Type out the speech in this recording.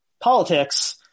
politics